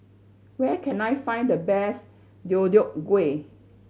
where can I find the best Deodeok Gui